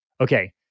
Okay